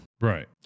Right